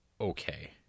okay